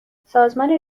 سازمان